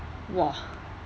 !wah!